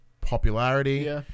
popularity